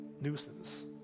nuisance